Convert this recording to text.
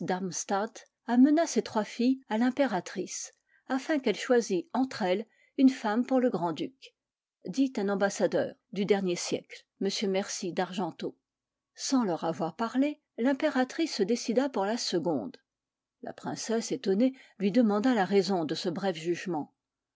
amena ses trois filles à l'impératrice afin qu'elle choisît entre elles une femme pour le grand-duc dit un ambassadeur du dernier siècle m mercy d'argenteau sans leur avoir parlé l'impératrice se décida pour la seconde la princesse étonnée lui demanda la raison de ce bref jugement